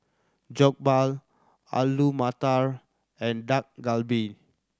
Jokbal Alu Matar and Dak Galbi